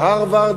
בהרווארד,